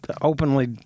openly